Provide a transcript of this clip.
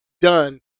done